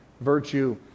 virtue